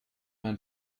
mein